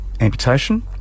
amputation